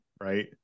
right